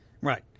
Right